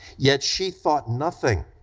yet she thought nothing